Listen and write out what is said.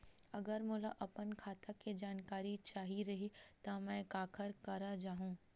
अगर मोला अपन खाता के जानकारी चाही रहि त मैं काखर करा जाहु?